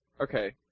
Okay